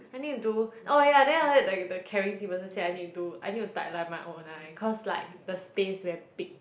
I need to oh ya then after that the caring skin person say I need to do I need to tightline my own eye cause like the space very big